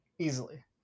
Easily